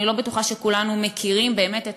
אני לא בטוחה שכולנו מכירים באמת את